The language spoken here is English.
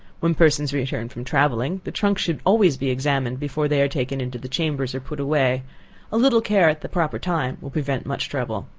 when persons return from travelling, the trunks should always be examined before they are taken into the chambers, or put away a little care at the proper time will prevent much trouble.